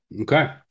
Okay